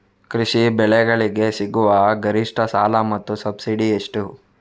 ಕೃಷಿ ಬೆಳೆಗಳಿಗೆ ಸಿಗುವ ಗರಿಷ್ಟ ಸಾಲ ಮತ್ತು ಸಬ್ಸಿಡಿ ಎಷ್ಟು?